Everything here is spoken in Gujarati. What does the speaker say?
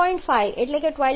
5 એટલે કે 12